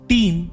Team